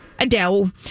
Adele